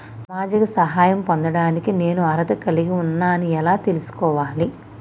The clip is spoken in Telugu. సామాజిక సహాయం పొందడానికి నేను అర్హత కలిగి ఉన్న అని ఎలా తెలుసుకోవాలి?